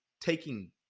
taking